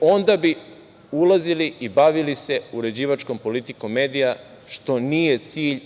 Onda bi ulazili i bavili se uređivačkom politikom medija, što nije cilj